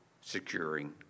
securing